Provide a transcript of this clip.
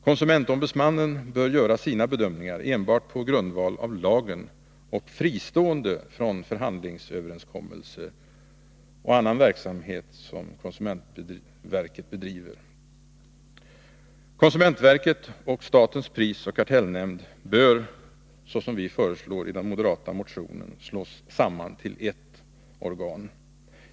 Konsumentombudsmannen bör göra sina bedömningar enbart på grundval av lagen och fristående från förhandlingsöverenskommelser och annan verksamhet som konsumentverket bedriver. Konsumentverket och statens prisoch kartellnämnd bör, så som vi föreslår i den moderata motionen, slås samman till ett organ.